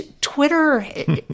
Twitter